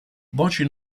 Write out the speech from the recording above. voci